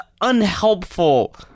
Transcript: unhelpful